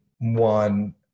one